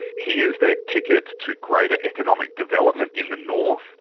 he is their ticket to greater economic development in the north.